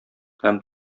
һәм